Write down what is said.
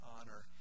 honor